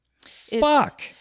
Fuck